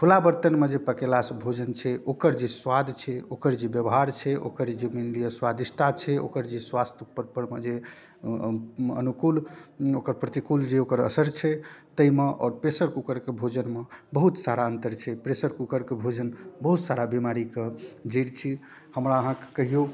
खुला बर्तनमे जे पकयला से भोजन छै ओकर जे स्वाद छै ओकर जे व्यवहार छै ओकर जे मानि लिअऽ स्वादिष्टता छै ओकर जे स्वास्थ्यके ऊपरमे जे अनुकूल ओकर प्रतिकूल जे ओकर असर छै ताहिमे आओर प्रेशर कूकरके भोजनमे बहुत सारा अंतर छै प्रेशर कूकर कऽ भोजन बहुत सारा बीमारी कऽ जड़ैत छी हमरा अहाँकेँ कहिओ